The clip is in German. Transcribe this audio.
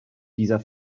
dieser